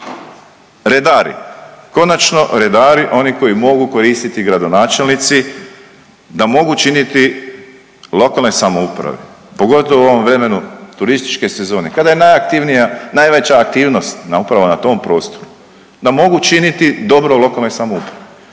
Redari, konačno redari, oni koji mogu koristiti gradonačelnici da mogu činiti lokalne samouprave, pogotovo u ovom vremenu turističke sezone, kada je najaktivnija, najveća aktivnost na upravama na tom prostoru, da mogu činiti dobro lokalnoj samoupravi.